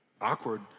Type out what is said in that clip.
awkward